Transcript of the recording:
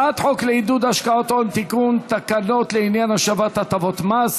איזו ועדה אמרת?